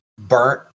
burnt